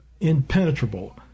impenetrable